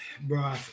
bro